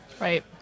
Right